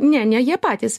ne ne jie patys